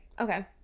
Okay